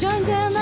and